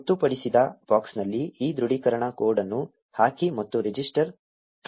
ಗೊತ್ತುಪಡಿಸಿದ ಬಾಕ್ಸ್ನಲ್ಲಿ ಈ ದೃಢೀಕರಣ ಕೋಡ್ ಅನ್ನು ಹಾಕಿ ಮತ್ತು ರಿಜಿಸ್ಟರ್ ಕ್ಲಿಕ್ ಮಾಡಿ